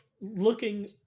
looking